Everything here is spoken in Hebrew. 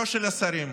לא של השרים,